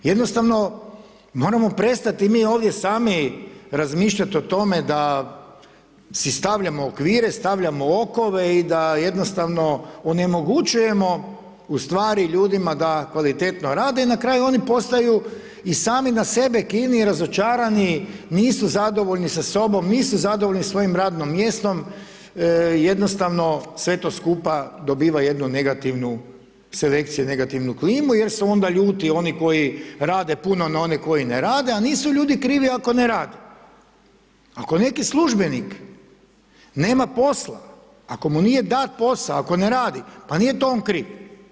Jednostavno moramo prestati mi ovdje sami razmišljati o tome da si stavljamo okvire, stavljamo okove i da jednostavno onemogućujemo ustvari ljudima da kvalitetno rade i na kraju, oni postaju i sami na sebe kivni i razočarani, nisu zadovoljni sa sobom, nisu zadovoljni svojim radnim mjestom, jednostavno sve to skupa dobiva jednu negativnu selekciju, negativnu klimu jer su onda ljuti oni koji rade puno na one koji ne rade a nisu ljudi krivi ako ne rade. ako neki službenik nema posla, ako mu nije dat posao, ako ne radi, pa nije to on kriv.